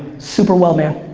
super well man.